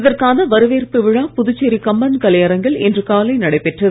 இதற்கான வரவேற்பு விழா புதுச்சேரி கம்பன் கலையரங்கில் இன்று காலை நடைபெற்றது